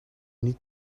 niet